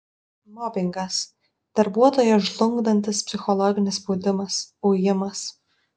mobingas darbuotoją žlugdantis psichologinis spaudimas ujimas